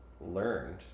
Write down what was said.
learned